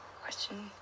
question